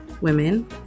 women